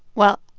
well,